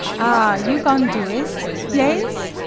ah, you go'n' do it? yaes?